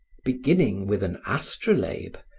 beginning with an astrolabe,